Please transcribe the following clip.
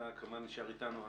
אתה כמובן נשאר איתנו.